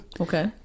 Okay